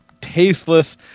tasteless